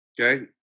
Okay